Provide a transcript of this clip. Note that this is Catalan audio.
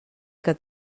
que